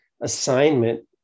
assignment